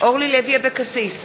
אורלי לוי אבקסיס,